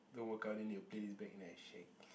don't work out and then they'll play this back and then I shag